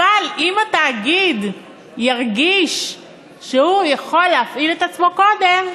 אבל אם התאגיד ירגיש שהוא יכול להפעיל את עצמו קודם,